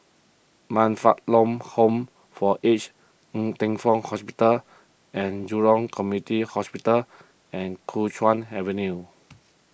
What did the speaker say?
Man Fatt Lam Home for Aged Ng Teng Fong Hospital and Jurong Community Hospital and Kuo Chuan Avenue